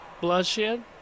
Bloodshed